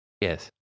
yes